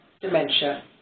dementia